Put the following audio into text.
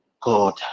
God